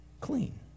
clean